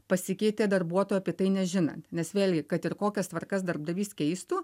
pasikeitė darbuotojui apie tai nežinant nes vėlgi kad ir kokias tvarkas darbdavys keistų